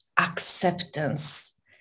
acceptance